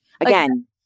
Again